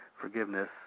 Forgiveness